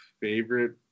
favorite